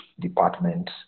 department